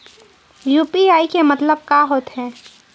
UPI के मतलब का होथे?